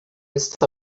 está